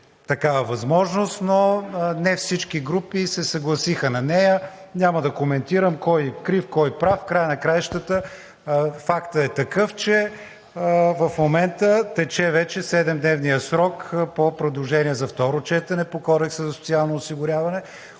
такава възможност, но не всички групи се съгласиха с нея. Няма да коментирам кой е крив и кой прав. В края на краищата фактът е такъв, че в момента тече вече седемдневният срок по предложение за второ четене по Кодекса за социално осигуряване,